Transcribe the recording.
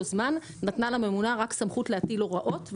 זמן נתנה לממונה רק סמכות להטיל הוראות,